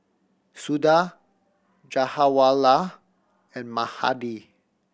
Suda Jawaharlal and Mahade